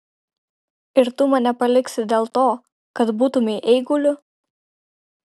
ir tu mane paliksi dėl to kad būtumei eiguliu